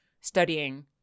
studying